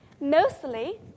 Mostly